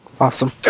Awesome